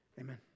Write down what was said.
Amen